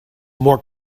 more